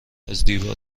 ازدیوار